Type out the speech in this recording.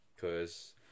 cause